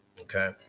okay